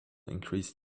increase